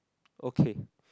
okay